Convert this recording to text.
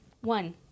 One